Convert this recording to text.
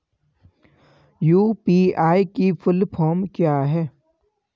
UPI की full form क्या है?